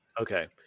okay